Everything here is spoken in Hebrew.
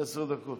לרשותך 15 דקות.